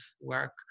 work